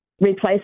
Replace